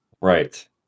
Right